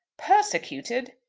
persecuted?